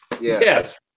Yes